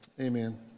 amen